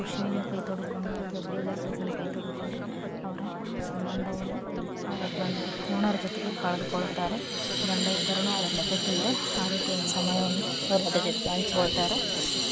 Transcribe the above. ಕೃಷಿಯಲ್ಲೇ ಕೈ ತೋಡ್ಕೊಂಡು ಅಥ್ವ ಬಿಲ್ದಾಲ್ ಕೆಲಸ ಎಲ್ಲ ಕೈ ತೋಡ್ಕೊಂಡು ಅವರ ಸಂಬಂಧವನ್ನು ಅವರ ಗಂಡ ಒಣಾರ್ ಜೊತೆಗೆ ಕಳೆದುಕೊಳ್ಳುತ್ತಾರೆ ಗಂಡ ಇದ್ದರೂನು ಅದರ ಲೆಕ್ಕಕ್ಕಿಲ್ದೆ ಆ ರೀತಿ ಒಂದು ಸಮಯವನ್ನು